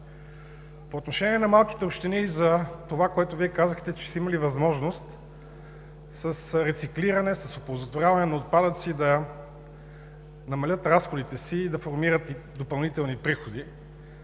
По отношение на малките общини и за това, което Вие казахте, че са имали възможност с рециклиране, с оползотворяване на отпадъци да намалят разходите си и да формират допълнителни приходи.